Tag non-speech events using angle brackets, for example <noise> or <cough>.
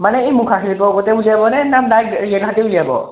মানে এই মুখা শিল্পৰ দৰেই উলিয়াব নে ডাইৰেক্ট <unintelligible> উলিয়াব